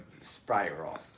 spiral